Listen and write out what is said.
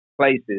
places